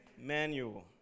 Manual